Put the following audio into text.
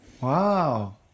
Wow